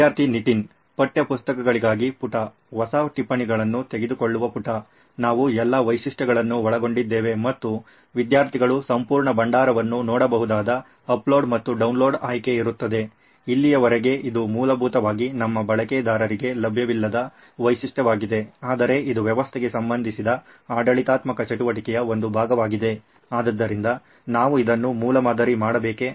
ವಿದ್ಯಾರ್ಥಿ ನಿತಿನ್ ಪಠ್ಯಪುಸ್ತಕಗಳಿಗಾಗಿ ಪುಟ ಹೊಸ ಟಿಪ್ಪಣಿಗಳನ್ನು ತೆಗೆದುಕೊಳ್ಳುವ ಪುಟ ನಾವು ಎಲ್ಲಾ ವೈಶಿಷ್ಟ್ಯಗಳನ್ನು ಒಳಗೊಂಡಿದೆವೆ ಮತ್ತು ವಿದ್ಯಾರ್ಥಿಗಳು ಸಂಪೂರ್ಣ ಭಂಡಾರವನ್ನು ನೋಡಬಹುದಾದ ಅಪ್ಲೋಡ್ ಮತ್ತು ಡೌನ್ಲೋಡ್ ಆಯ್ಕೆ ಇರುತ್ತದೆ ಇಲ್ಲಿಯವರೆಗೆ ಇದು ಮೂಲಭೂತವಾಗಿ ನಮ್ಮ ಬಳಕೆದಾರರಿಗೆ ಲಭ್ಯವಿಲ್ಲದ ವೈಶಿಷ್ಟ್ಯವಾಗಿದೆ ಆದರೆ ಇದು ವ್ಯವಸ್ಥೆಗೆ ಸಂಬಂಧಿಸಿದ ಆಡಳಿತಾತ್ಮಕ ಚಟುವಟಿಕೆಯ ಒಂದು ಭಾಗವಾಗಿದೆ ಆದ್ದರಿಂದ ನಾವು ಇದನ್ನು ಮೂಲಮಾದರಿ ಮಾಡಬೇಕೆ